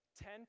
ten